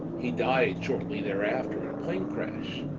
he died shortly thereafter in a plane crash.